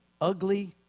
ugly